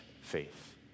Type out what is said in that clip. faith